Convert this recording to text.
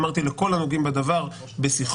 אמרתי לכל הנוגעים לדבר בשיחות.